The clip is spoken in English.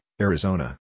Arizona